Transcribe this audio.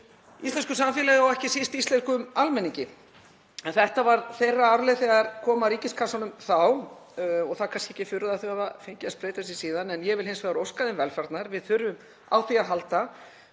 íslensku samfélagi og ekki síst íslenskum almenningi. Þetta var þeirra arfleifð þegar kom að ríkiskassanum þá og það er kannski ekki furða að þau hafi ekki fengið að spreyta sig síðan. En ég vil hins vegar óska þeim velfarnaðar, við þurfum á því að halda,